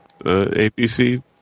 APC